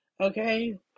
okay